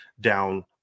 down